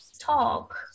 talk